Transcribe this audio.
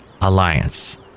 alliance